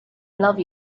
love